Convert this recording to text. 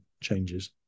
changes